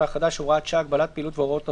החדש (הוראת שעה) (הגבלת פעילות והוראות נוספות),